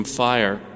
fire